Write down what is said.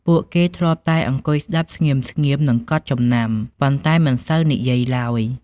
ពួកគេធ្លាប់តែអង្គុយស្តាប់ស្ងៀមៗ និងកត់ចំណាំ ប៉ុន្តែមិនសូវនិយាយឡើយ។